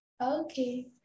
Okay